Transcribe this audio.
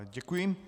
Děkuji.